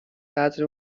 قدر